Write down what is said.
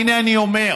הינה, אני אומר.